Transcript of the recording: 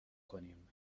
کنیم